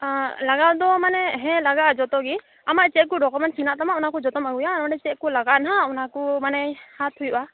ᱞᱟᱜᱟᱣ ᱫᱚ ᱢᱟᱱᱮ ᱦᱮᱸ ᱞᱟᱜᱟᱜᱼᱟ ᱡᱚᱛᱚ ᱜᱮ ᱟᱢᱟᱜ ᱪᱮᱫ ᱠᱚ ᱰᱚᱠᱩᱢᱮᱱᱥ ᱦᱮᱱᱟᱜ ᱛᱟᱢᱟ ᱚᱱᱟ ᱡᱚᱛᱚᱢ ᱟᱹᱜᱩᱭᱟ ᱟᱨ ᱚᱸᱰᱮ ᱪᱮᱫ ᱠᱚ ᱞᱟᱜᱟᱜᱼᱟ ᱱᱟᱦᱟᱜ ᱚᱱᱟ ᱠᱚ ᱢᱟᱱᱮ ᱦᱟᱛ ᱦᱩᱭᱩᱜᱼᱟ